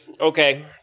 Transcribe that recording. okay